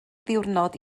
ddiwrnod